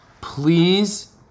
please